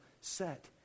set